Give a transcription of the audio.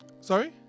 Sorry